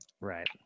right